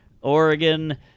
Oregon